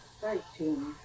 thirteen